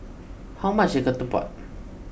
how much is Ketupat